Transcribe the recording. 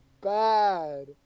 bad